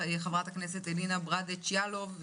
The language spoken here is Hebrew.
חברת הכנסת אלינה ברדץ' יאלוב,